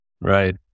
Right